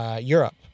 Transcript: Europe